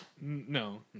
No